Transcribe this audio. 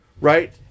right